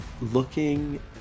looking